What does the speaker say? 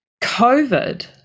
COVID